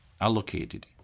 allocated